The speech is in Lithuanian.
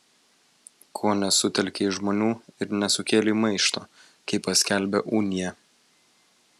ko nesutelkei žmonių ir nesukėlei maišto kai paskelbė uniją